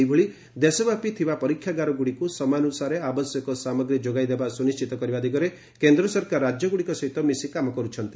ସେହିଭଳି ଦେଶବ୍ୟାପୀ ଥିବା ପରୀକ୍ଷାଗାରଗୁଡ଼ିକୁ ସମୟାନୁସାରେ ଆବଶ୍ୟକ ସାମଗ୍ରୀ ଯୋଗାଇବା ସୁନିଷ୍ଟିତ କରିବା ଦିଗରେ କେନ୍ଦ୍ର ସରକାର ରାକ୍ୟଗୁଡ଼ିକ ସହିତ ମିଶି କାମ କରୁଛନ୍ତି